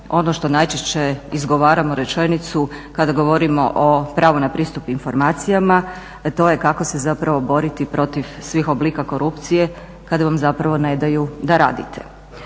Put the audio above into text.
ono što najčešće izgovaramo rečenicu kada govorimo o pravu na pristup informacijama, to je kako se zapravo boriti protiv svih oblika korupcije kada vam zapravo ne daju da radite.